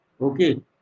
Okay